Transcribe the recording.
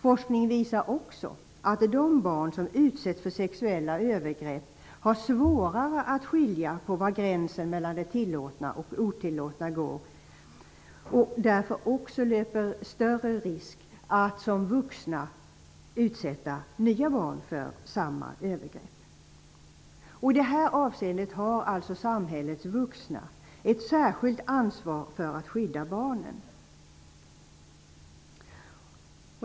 Forskningen visar också att de barn som utsätts för sexuella övergrepp har svårare att urskilja var gränsen mellan det tillåtna och det otillåtna går och därför också löper större risk att som vuxna utsätta nya barn för samma övergrepp. I det här avseendet har alltså samhällets vuxna ett särskilt ansvar för att skydda barnen.